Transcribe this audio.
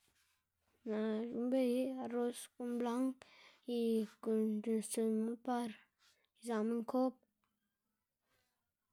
naꞌ c̲h̲uꞌnnbey arroz guꞌn blang y guꞌn c̲h̲uꞌnnstsiꞌnma par izaꞌma nkob.